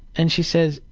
and she says,